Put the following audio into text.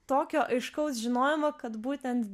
tokio aiškaus žinojimo kad būtent